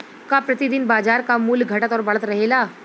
का प्रति दिन बाजार क मूल्य घटत और बढ़त रहेला?